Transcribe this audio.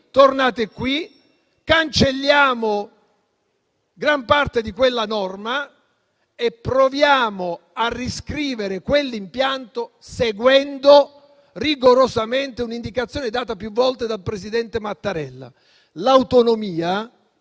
Tornate qui. Cancelliamo gran parte di quella norma e proviamo a riscrivere quell'impianto, seguendo rigorosamente un'indicazione data più volte dal presidente Mattarella. L'autonomia